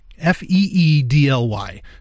F-E-E-D-L-Y